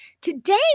today